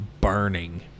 burning